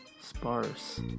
Sparse